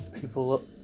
people